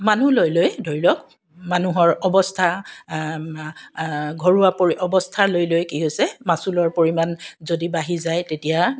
মানুহ লৈ লৈ ধৰি লওক মানুহৰ অৱস্থা ঘৰুৱা পৰি অৱস্থা লৈ লৈ কি হৈছে মাচুলৰ পৰিমাণ যদি বাঢ়ি যায় তেতিয়া